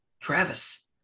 Travis